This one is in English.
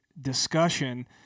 discussion